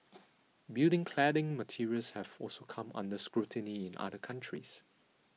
building cladding materials have also come under scrutiny in other countries